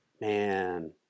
man